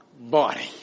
body